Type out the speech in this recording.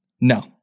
No